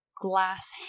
glass